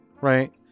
right